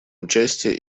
участие